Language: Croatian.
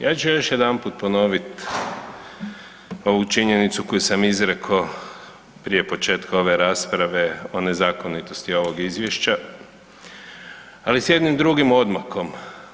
Ja ću još jedanput ponovit ovu činjenicu koju sam izreko prije početka ove rasprave o nezakonitosti ovog izvješća, ali s jednim drugim odmakom.